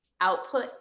output